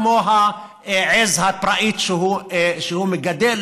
כמו העז הפראית שהוא מגדל,